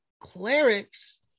clerics